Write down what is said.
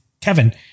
Kevin